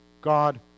God